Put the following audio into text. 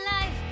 life